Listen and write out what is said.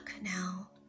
now